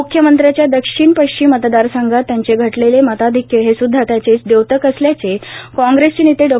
मुख्यमंत्र्यांच्या दक्षिण पश्चिम मतदारसंघात त्यांचे घटलेले मताधिक्य हे सुदधा त्याचेच दयोतक असल्याचे काँग्रेसचे नेते डॉ